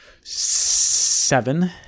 Seven